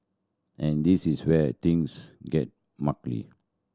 and this is where things get